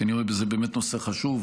כי אני רואה בזה באמת נושא חשוב,